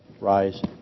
rise